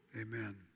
Amen